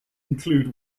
include